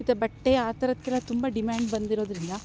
ಮತ್ತು ಬಟ್ಟೆ ಆಥರದ್ಕೆಲ ತುಂಬ ಡಿಮ್ಯಾಂಡ್ ಬಂದಿರೋದರಿಂದ